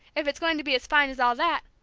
if it's going to be as fine as all that!